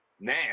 Now